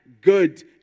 good